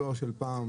הדואר פעם